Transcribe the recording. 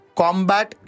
combat